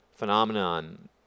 phenomenon